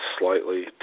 slightly